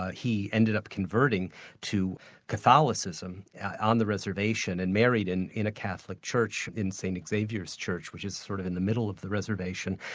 ah he ended up converting to catholicism on the reservation, and married in in a catholic church in st xavier's church which is sort of in the middle of the reservation.